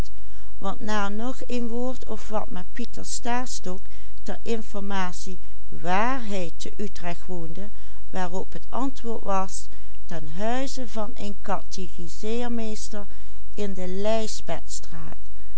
pieter stastok ter informatie wààr hij te utrecht woonde waarop het antwoord was ten huize van een catechiseermeester in de